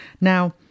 Now